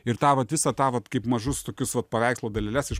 ir tą vat visą tą vat kaip mažus tokius vat paveikslo daleles iš